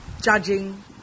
judging